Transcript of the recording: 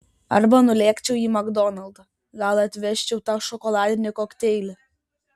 arba nulėkčiau į makdonaldą gal atvežčiau tau šokoladinį kokteilį